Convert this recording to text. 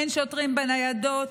אין שוטרים בניידות,